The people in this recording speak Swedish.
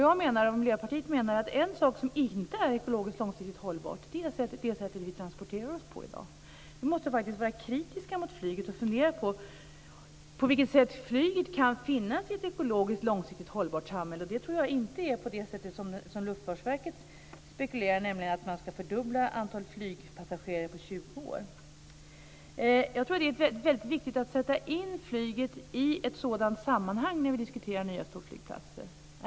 Jag och Miljöpartiet menar att något som inte är ekologiskt långsiktigt hållbart är sättet vi transporterar oss på i dag. Vi måste faktiskt vara kritiska mot flyget och fundera på på vilket sätt flyget kan finnas i ett ekologiskt hållbart samhälle. Jag tror inte att det är på det sätt som Luftfartsverket spekulerar om när man tror att man ska fördubbla antalet flygpassagerare på 20 Jag tror att det är väldigt viktigt att sätta in flyget i ett sådant sammanhang när vi diskuterar nya storflygplatser.